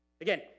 Again